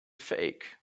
fake